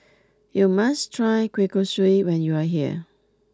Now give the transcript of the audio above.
you must try Kueh Kosui when you are here